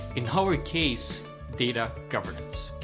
in our case data governance.